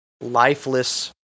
lifeless